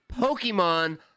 Pokemon